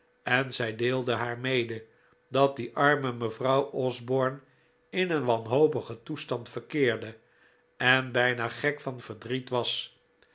en zij decide haar mede dat die arme mevrouw osborne in een wanhopigen toestand verkeerde en bijna gek van verdriet was